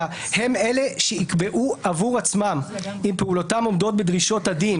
הם אלה שיקבעו עבור עצמם אם פעולותיהם עומדות בדרישות הדין